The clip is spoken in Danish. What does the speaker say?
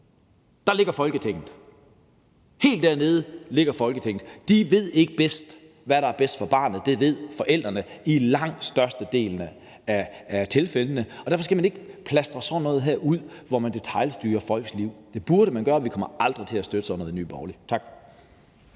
ligger Folketinget. Helt dernede ligger Folketinget. De ved ikke bedst, hvad der er bedst for barnet. Det ved forældrene i langt størstedelen af tilfældene. Derfor skal man ikke gøre sådan noget her, hvor man detailstyrer folks liv. Det burde man ikke gøre. Vi kommer aldrig til at støtte sådan noget i Nye Borgerlige. Tak.